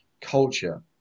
culture